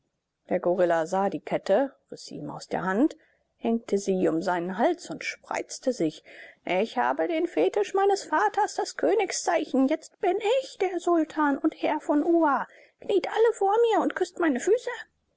der gorilla sah die kette riß sie ihm aus der hand hängte sie um seinen hals und spreizte sich ich habe den fetisch meines vaters das königszeichen jetzt bin ich der sultan und herr von uha kniet alle vor mir und küßt meine füße